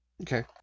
Okay